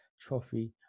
trophy